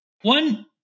one